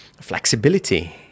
flexibility